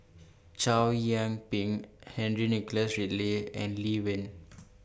Chow Yian Ping Henry Nicholas Ridley and Lee Wen